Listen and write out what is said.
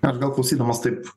aš gal klausydamas taip